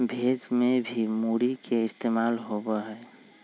भेज में भी मूरी के इस्तेमाल होबा हई